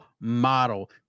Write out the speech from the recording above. model